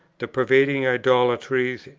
the pervading idolatries,